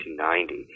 1990